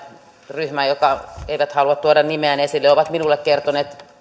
ryhmä joka ei halua tuoda nimiään esille ovat minulle kertoneet